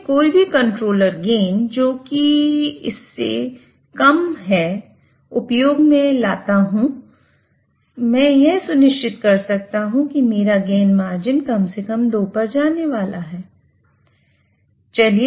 यदि में कोई भी कंट्रोलर गेन क्या है